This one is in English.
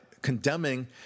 Condemning